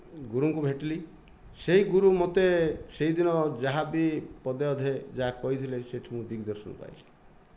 ଗୁରୁଙ୍କୁ ଭେଟିଲି ସେହି ଗୁରୁ ମୋତେ ସେହିଦିନ ଯାହାବି ପଦେ ଅଧେ କହିଥିଲେ ସେଇଠୁ ମୁଁ ଦିଗଦର୍ଶନ ପାଇଥିଲି